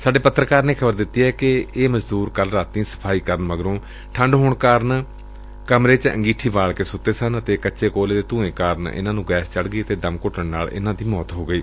ਸਾਡੇ ਪੱਤਰਕਾਰ ਨੇ ਖ਼ਬਰ ਦਿੱਤੀ ਏ ਕਿ ਇਹ ਮਜ਼ਦੂਰ ਕੱਲੂ ਰਾਤੀਂ ਸਫ਼ਾਈ ਕਰਨ ਮਗਰੋਂ ਠੰਢ ਹੋਣ ਕਾਰਨ ਕਮਰੇ ਚ ਅੰਗੀਠੀ ਬਾਲ ਕੇ ਸੁੱਤੇ ਸਨ ਅਤੇ ਕੱਚੇ ਕੋਲੇ ਦੇ ਧੁੰਏ ਕਾਰਨ ਇਨਾਂ ਨੂੰ ਗੈਸ ਚੜ ਗਈ ਤੇ ਦਮ ਘੁੱਟਣ ਨਾਲ ਇਨੂਾਂ ਦੀ ਮੌਤ ਹੋ ਗਈ